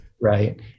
right